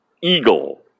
Eagle